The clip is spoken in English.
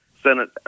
Senate